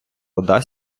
вода